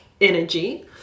energy